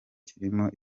kirimo